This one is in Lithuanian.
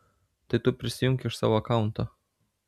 tai tu prisijunk iš savo akaunto